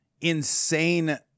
insane